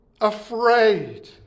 afraid